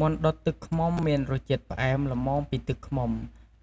មាន់ដុតទឹកឃ្មុំមានរសជាតិផ្អែមល្មមពីទឹកឃ្មុំ